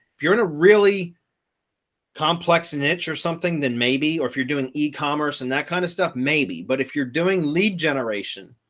if you're in a really complex niche or something, then maybe or if you're doing e commerce and that kind of stuff, maybe but if you're doing lead generation,